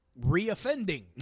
re-offending